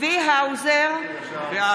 צבי האוזר, בעד